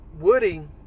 Woody